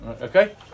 okay